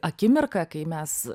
akimirka kai mes